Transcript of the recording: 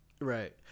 Right